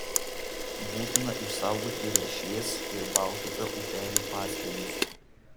būtina išsaugoti riešės ir baltupio upelių paslėnius